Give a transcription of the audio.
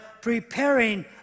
preparing